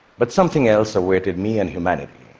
but something else awaited me and humanity.